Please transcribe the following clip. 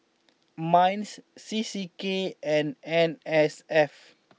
Minds C C K and N S F